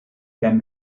can